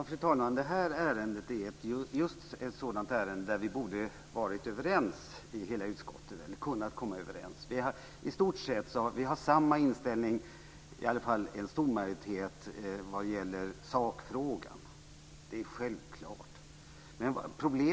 Fru talman! Det här ärendet är just ett sådant ärende där hela utskottet borde ha kunnat komma överens. Vi har i stort sett samma inställning - det är i varje fall en stor majoritet - vad gäller sakfrågan. Det är självklart.